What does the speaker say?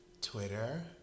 Twitter